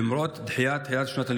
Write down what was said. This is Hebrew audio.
למרות דחיית שנת הלימודים,